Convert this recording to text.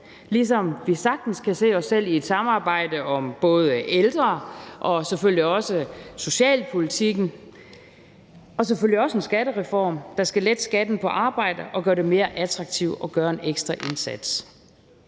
ligesom vi sagtens kan se os selv i et samarbejde om både ældre og også socialpolitikken, selvfølgelig, og selvfølgelig også en skattereform, der skal lette skatten på arbejde og gøre det mere attraktivt at gøre en ekstra indsats.